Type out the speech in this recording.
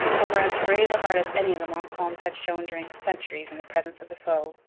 over as brave a heart as any of the montcalms had shown during centuries in the presence of the foe.